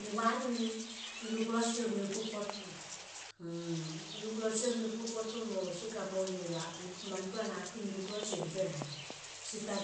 Ne van ni iluk lo sier mepur koto, eluk lol sier mepur koto mo sie kam mo ne mantua nating iluk lo sier. Seta